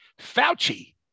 Fauci